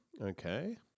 Okay